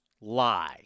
lie